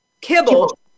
Kibble